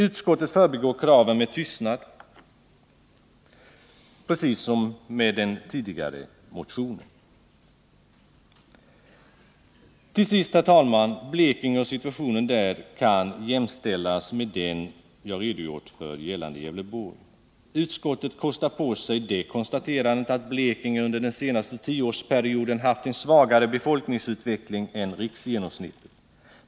Utskottet förbigår kraven med tystnad, precis som man gjorde med den tidigare motionen. Herr talman! Blekinge och situationen där kan jämställas med den jag redogjort för i Gävleborg. Utskottet kostar på sig det konstaterandet att Blekinge under den senaste tioårsperioden haft en svagare befolkningsutveckling än riksgenomsnittet.